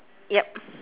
yup